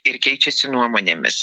ir keičiasi nuomonėmis